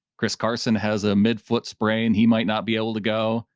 chris carson has a midfoot sprain. he might not be able to go.